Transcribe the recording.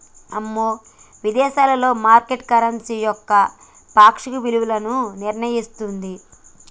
అమ్మో విదేశాలలో market currency యొక్క సాపేక్ష విలువను నిర్ణయిస్తుంది